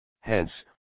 Hence